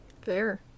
Fair